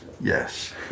Yes